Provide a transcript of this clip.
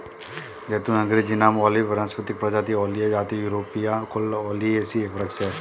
ज़ैतून अँग्रेजी नाम ओलिव वानस्पतिक प्रजाति ओलिया जाति थूरोपिया कुल ओलियेसी एक वृक्ष है